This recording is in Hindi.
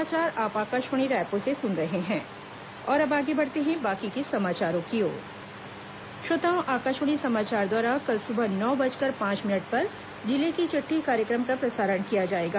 जिले की चिटठी श्रोताओं आकाशवाणी समाचार द्वारा कल सुबह नौ बजकर पांच मिनट पर जिले की चिट्ठी कार्यक्रम का प्रसारण किया जाएगा